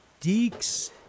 deeks